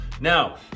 Now